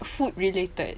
food related